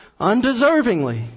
undeservingly